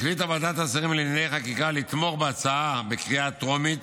החליטה ועדת השרים לענייני חקיקה לתמוך בהצעה בקריאה טרומית,